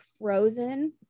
frozen